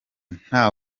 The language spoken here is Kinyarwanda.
nta